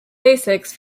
basics